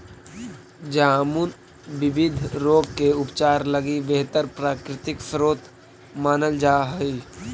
जामुन विविध रोग के उपचार लगी बेहतर प्राकृतिक स्रोत मानल जा हइ